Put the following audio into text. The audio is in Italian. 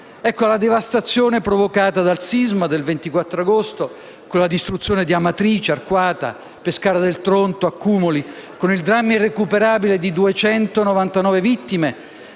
Alla devastazione provocata dal sisma del 24 agosto, con la distruzione di Amatrice, Arquata, Pescara del Tronto e Accumoli, con il dramma irrecuperabile di 299 vittime,